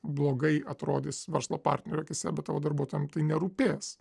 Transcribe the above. blogai atrodys verslo partnerių akyse bet tavo darbuotojam tai nerūpės